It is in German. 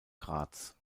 graz